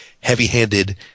heavy-handed